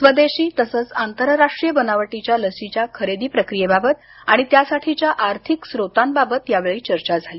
स्वदेशी तसंच आंतरराष्ट्रीय बनावटीच्या लसीच्या खरेदी प्रक्रियेबाबत आणि त्यासाठीच्या आर्थिक स्त्रोतांबाबत यावेळी चर्चा झाली